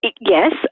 yes